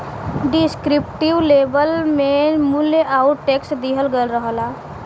descriptive label में मूल्य आउर टैक्स दिहल गयल रहला